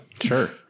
Sure